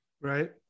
right